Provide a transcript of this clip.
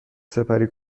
سپری